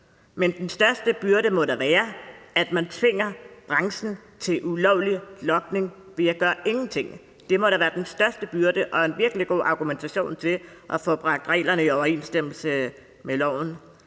Men den største byrde må da være, at man tvinger branchen til ulovlig logning ved at gøre ingenting. Det må da være den største byrde og en virkelig god argumentation til at få bragt reglerne i overensstemmelse med loven.